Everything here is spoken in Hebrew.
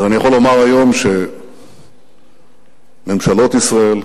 אז אני יכול לומר היום שממשלות ישראל,